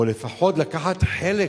או לפחות לקחת חלק,